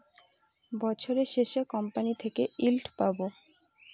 বছরের শেষে কোম্পানি থেকে ইল্ড পাবো